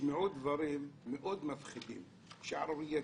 נשמעו דברים מאוד מפחידים, שערורייתיים,